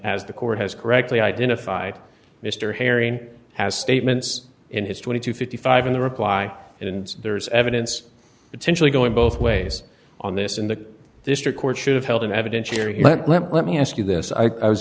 as the court has correctly identified mr harry has statements in his twenty to fifty five in the reply and there is evidence potentially going both ways on this in the district court should have held an evidentiary let me ask you this i was